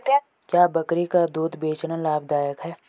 क्या बकरी का दूध बेचना लाभदायक है?